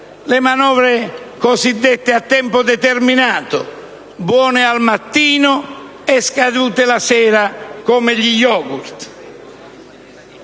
le manovre cosiddette a tempo determinato, buone al mattino e scadute la sera come gli yogurt.